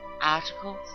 articles